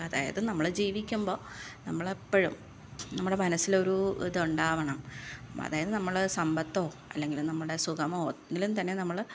അതായത് നമ്മൾ ജീവിക്കുമ്പം നമ്മൾ എപ്പോഴും നമ്മുടെ മനസ്സിൽ ഒരു ഇതുണ്ടാവണം അതായത് നമ്മൾ സമ്പത്തോ അല്ലെങ്കിൽ നമ്മുടെ സുഖമോ ഒന്നിലും തന്നെ നമ്മൾ